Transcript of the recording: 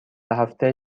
هفته